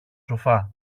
σοφά